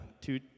two